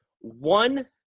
one